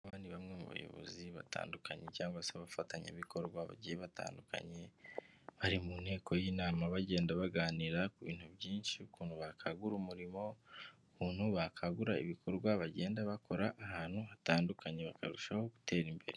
Aba ni bamwe mu bayobozi batandukanye cyangwa abafatanyabikorwa bagiye batandukanye, bari mu nteko y'inama bagenda baganira ku bintu byinshi, ukuntu bakangura umurimo, uku bakangura ibikorwa bagenda bakora ahantu hatandukanye, bakarushaho gutera imbere.